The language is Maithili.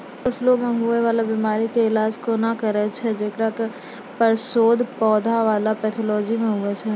फसलो मे हुवै वाला बीमारी के इलाज कोना करना छै हेकरो पर शोध पौधा बला पैथोलॉजी मे हुवे छै